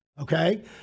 Okay